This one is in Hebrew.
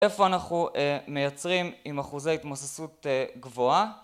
איפה אנחנו מייצרים עם אחוזי התמוססות גבוהה?